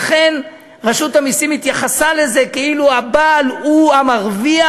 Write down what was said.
לכן רשות המסים התייחסה לזה כאילו הבעל הוא המרוויח,